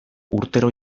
urtero